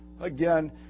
Again